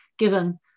given